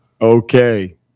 Okay